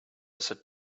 sit